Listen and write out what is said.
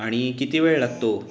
आणि किती वेळ लागतो